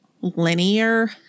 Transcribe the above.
linear